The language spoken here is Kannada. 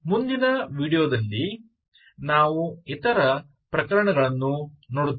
ಮುಂದಿನ ವಿಡಿಯೋದಲ್ಲಿ ನಾವು ಇತರ ಪ್ರಕರಣಗಳನ್ನು ನೋಡುತ್ತೇವೆ